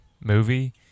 movie